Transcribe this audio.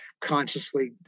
consciously